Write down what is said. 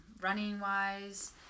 running-wise